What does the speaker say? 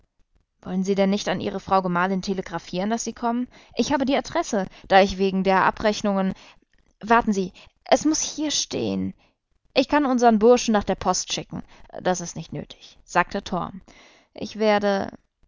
wollen sie denn nicht an ihre frau gemahlin telegraphieren daß sie kommen ich habe die adresse da ich wegen der abrechnungen warten sie es muß hier stehen ich kann unsern burschen nach der post schicken das ist nicht nötig sagte torm ich werde